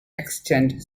extant